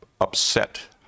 upset